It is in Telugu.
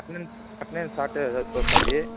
అటెండెన్స్ అటెండెన్స్ షార్టేజ్ వస్తుంది